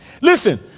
Listen